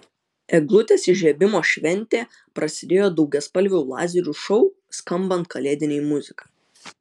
eglutės įžiebimo šventė prasidėjo daugiaspalvių lazerių šou skambant kalėdinei muzikai